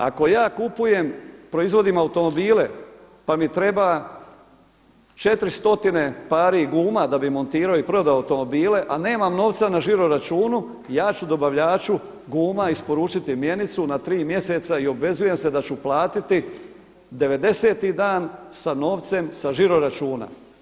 Ako ja kupujem, proizvodim automobile pa mi treba 400 pari guma da bi montirao i prodao automobile, a nemam novca na žiroračunu, ja ću dobavljaču guma isporučiti mjenicu na tri mjeseca i obvezujem se da ću platiti 90. dan sa novcem, sa žiroračuna.